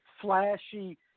flashy